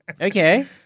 Okay